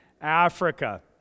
Africa